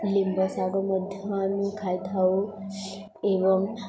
ଲିମ୍ବ ଶାଗ ମଧ୍ୟ ଆମେ ଖାଇଥାଉ ଏବଂ